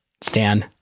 Stan